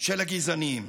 של הגזענים.